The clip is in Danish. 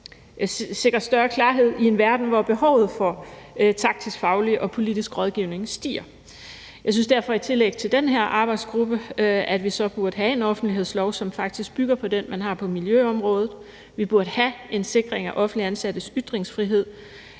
og sikre større klarhed i en verden, hvor behovet for taktisk, faglig og politisk rådgivning stiger. Jeg synes derfor i tillæg til den her arbejdsgruppe, at vi burde få en offentlighedslov, som faktisk bygger på den, man har på miljøområdet. Vi burde have en sikring af offentligt ansattes ytringsfrihed